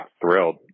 thrilled